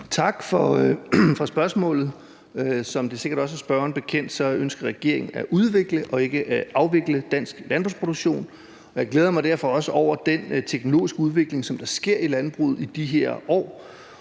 Tak for spørgsmålet. Som det sikkert også er spørgeren bekendt, ønsker regeringen at udvikle og ikke at afvikle dansk landbrugsproduktion, og jeg glæder mig derfor også over den teknologiske udvikling, som der sker i landbruget i de her år.